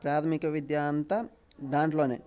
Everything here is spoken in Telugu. ప్రాధమిక విద్య అంతా దాంట్లోనే